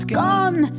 gone